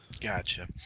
Gotcha